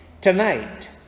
Tonight